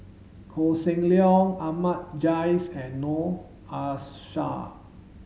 Koh Seng Leong Ahmad Jais and Noor Aishah